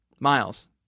Miles